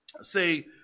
say